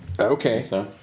Okay